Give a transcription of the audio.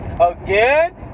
again